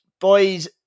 Boys